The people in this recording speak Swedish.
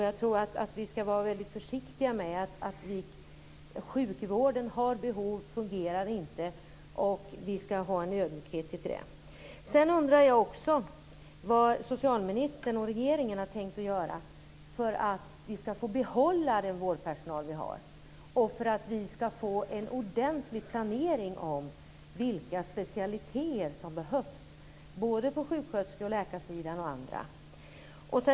Jag tror att vi ska vara väldigt försiktiga när vi talar om detta. Sjukvården har behov, den fungerar inte, och vi ska ha en ödmjukhet inför det. Sedan undrar jag vad socialministern och regeringen har tänkt göra för att vi ska få behålla den vårdpersonal vi har och för att vi ska få en ordentlig planering av vilka specialiteter som behövs, både på sjuksköterske och på läkarsidan och även på andra håll.